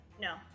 No